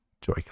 Joy